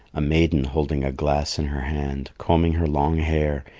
a maiden holding a glass in her hand, combing her long hair,